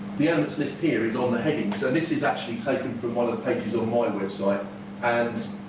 the emphasis here is on the heading so this is actually taken from one of the pages on my website and